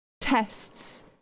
tests